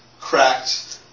cracked